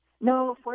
No